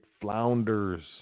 flounders